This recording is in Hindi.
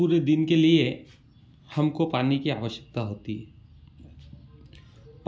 पूरे दिन के लिए हमको पानी की आवश्कता होती है